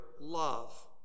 love